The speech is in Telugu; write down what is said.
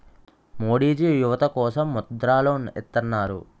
మోడీజీ యువత కోసం ముద్ర లోన్ ఇత్తన్నారు